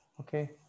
okay